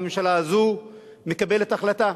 הממשלה הזאת מקבלת החלטה.